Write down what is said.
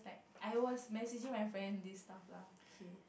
I was messaging my friend this stuff lah okay